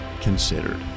considered